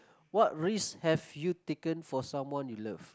what risks have you taken for someone you love